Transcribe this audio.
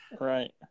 Right